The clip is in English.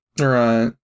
Right